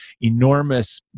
enormous